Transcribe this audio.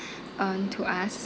um to us